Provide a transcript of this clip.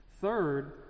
third